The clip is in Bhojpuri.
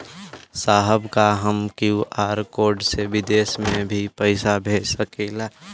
साहब का हम क्यू.आर कोड से बिदेश में भी पैसा भेज सकेला?